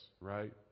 right